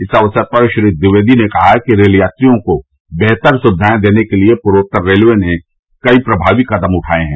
इस अवसर पर श्री ट्विवेदी ने कहा कि रेल यात्रियों को बेहतर सुविधाएं देने के लिये पूर्वोत्तर रेलवे ने कई प्रभवी कदम उठाये हैं